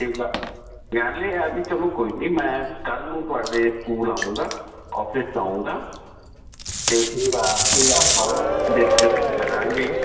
ਗੱਲ ਇਹ ਹੈ ਵੀ ਚਲੋ ਕੋਈ ਨਹੀਂ ਮੈਂ ਕੱਲ੍ਹ ਨੂੰ ਤੁਹਾਡੇ ਸਕੂਲ ਆਊਂਗਾ ਆਫਿਸ ਆਊਂਗਾ ਅਤੇ ਫਿਰ ਫਿਰ ਆਪਾਂ ਡਿਸਕਸ ਕਰਾਂਗੇ